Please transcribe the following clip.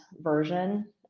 version